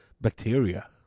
bacteria